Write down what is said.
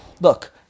look